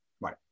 right